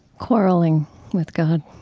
quarrelling with god